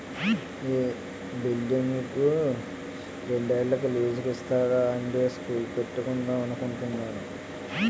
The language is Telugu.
ఈ బిల్డింగును రెండేళ్ళకి లీజుకు ఇస్తారా అండీ స్కూలు పెట్టుకుందాం అనుకుంటున్నాము